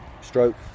stroke